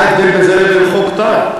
מה הבדל בין זה לבין חוק טל?